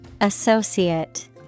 Associate